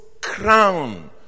crown